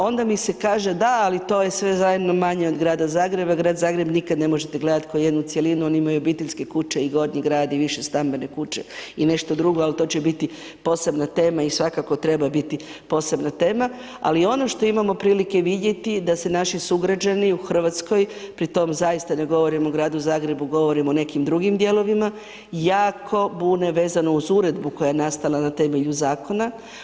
Onda mi se kaže, da, ali to je sve zajedno manje od grada Zagreba, grad Zagreb nikad ne možete gledati k'o jednu cjelinu, oni imaju obiteljske kuće, i Gornji grad, i višestambene kuće, i nešto drugo, ali to će biti posebna tema i svakako treba biti posebna tema, ali ono što imamo prilike vidjeti, da se naši sugrađani u Hrvatskoj, pri tom zaista ne govorim o gradu Zagrebu, govorim o nekim drugim dijelovima, jako bune vezano uz Uredbu koja je nastala na temelju Zakona.